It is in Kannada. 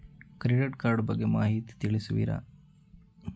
ಕ್ರೆಡಿಟ್ ಕಾರ್ಡ್ ಬಗ್ಗೆ ಮಾಹಿತಿ ತಿಳಿಸುವಿರಾ?